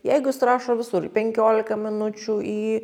jeigu jis rašo visur į penkiolika minučių į